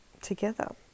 together